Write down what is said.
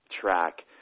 track